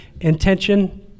intention